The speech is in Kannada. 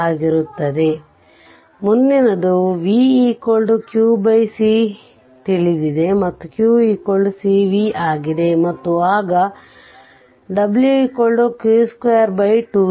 ಆಗಿರುತ್ತದೆ ಮುಂದಿನದು v q c ತಿಳಿದಿದೆ ಮತ್ತು q c v ಆಗಿದೆ ಮತ್ತು ಆಗ w q 22 c